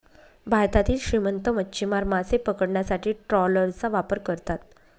भारतातील श्रीमंत मच्छीमार मासे पकडण्यासाठी ट्रॉलरचा वापर करतात